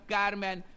Carmen